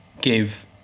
give